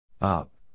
Up